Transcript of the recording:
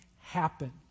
happen